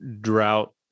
drought